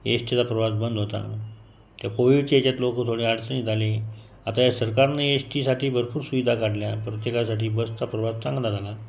S टीचा प्रवास बंद होता ते कोविडच्या याच्यात लोक थोडे अडचणीत आले आता या सरकारने एस टीसाठी भरपूर सुविधा काढल्या प्रत्येकासाठी बसचा प्रवास चांगला झाला